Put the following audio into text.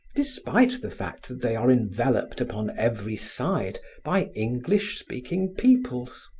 despite the fact that they are enveloped upon every side by english-speaking peoples.